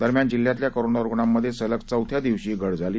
दरम्यान जिल्ह्यातील करोनाच्या रुग्णांमध्येही सलग चौथ्या दिवशी घट झाली